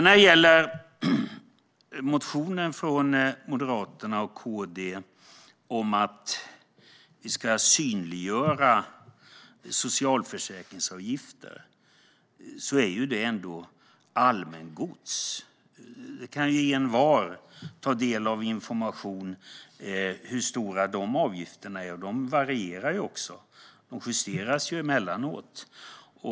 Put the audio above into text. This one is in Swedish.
När det gäller motionen från Moderaterna och Kristdemokraterna om att vi ska synliggöra socialförsäkringsavgifter är detta redan allmängods. Envar kan ta del av information om hur stora dessa avgifter är, och dessutom varierar de och justeras emellanåt.